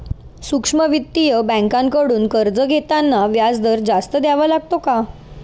सूक्ष्म वित्तीय बँकांकडून कर्ज घेताना व्याजदर जास्त द्यावा लागतो का?